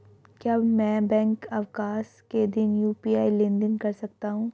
क्या मैं बैंक अवकाश के दिन यू.पी.आई लेनदेन कर सकता हूँ?